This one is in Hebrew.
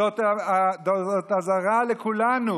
זאת אזהרה לכולנו.